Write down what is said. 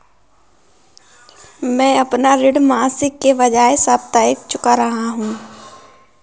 मैं अपना ऋण मासिक के बजाय साप्ताहिक चुका रहा हूँ